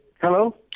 Hello